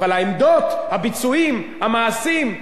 אבל העמדות, הביצועים, המעשים,